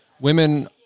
women